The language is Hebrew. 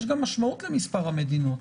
יש גם משמעות למספר המדינות.